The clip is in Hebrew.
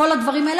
כל הדברים האלה.